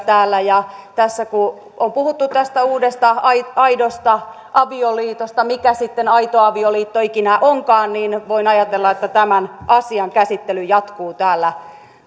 täällä tässä kun on puhuttu tästä uudesta aidosta aidosta avioliitosta mikä sitten aito avioliitto ikinä onkaan niin voin ajatella että tämän asian käsittely jatkuu täällä